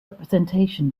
representation